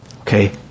Okay